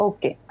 Okay